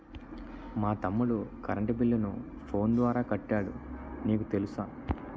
మా తమ్ముడు కరెంటు బిల్లును ఫోను ద్వారా కట్టాడు నీకు తెలుసా